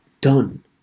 done